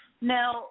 Now